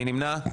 מי נמנע?